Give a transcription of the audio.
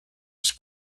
just